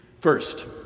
First